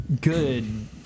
good